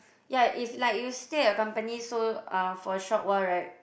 ya if like you stay at your company so uh for a short while right